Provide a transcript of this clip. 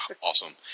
awesome